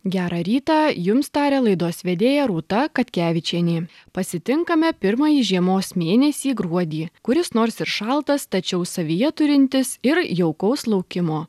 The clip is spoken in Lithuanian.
gerą rytą jums taria laidos vedėja rūta katkevičienė pasitinkame pirmąjį žiemos mėnesį gruodį kuris nors ir šaltas tačiau savyje turintis ir jaukaus laukimo